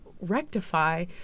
rectify